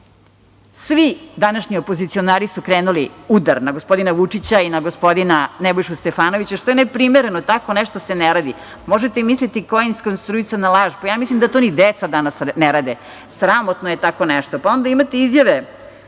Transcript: svi današnji opozicionari su krenuli udar na gospodina Vučića i na gospodina Nebojšu Stefanovića, što je neprimereno, što se ne radi. Možete zamisliti koja je iskonstruisana laž, pa ja mislim da to ni deca danas ne rade. Sramotno je tako nešto. Onda imate izjave,